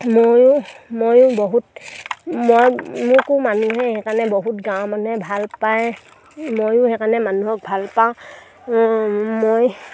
ময়ো ময়ো বহুত মই মোকো মানুহে সেইকাৰণে বহুত গাঁৱৰ মানুহে ভাল পায় ময়ো সেইকাৰণে মানুহক ভাল পাওঁ মই